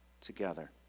together